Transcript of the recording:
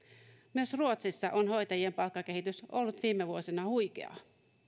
myös ruotsissa on hoitajien palkkakehitys ollut viime vuosina huikeaa